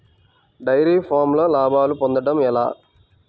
Dairy ఫామ్లో లాభాలు పొందడం ఎలా?